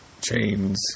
chains